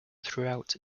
throughout